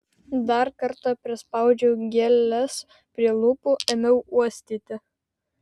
dar kartą prispaudžiau gėles prie lūpų ėmiau uostyti